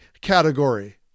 category